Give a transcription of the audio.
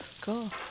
Cool